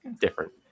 different